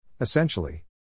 Essentially